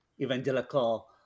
evangelical